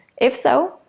if so,